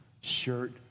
shirt